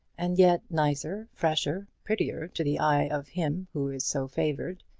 and yet nicer, fresher, prettier to the eye of him who is so favoured,